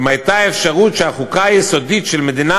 אם הייתה אפשרות שהחוקה היסודית של מדינה